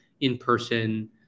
in-person